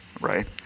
Right